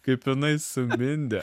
kaip jinai sumindė